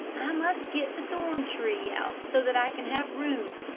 i must get the thorn tree out so that i can have room.